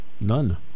None